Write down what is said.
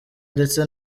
ndetse